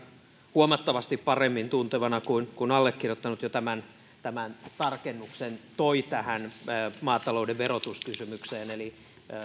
huomattavasti paremmin tuntevana kuin allekirjoittanut jo tämän tämän tarkennuksen toi tähän maatalouden verotuskysymykseen eli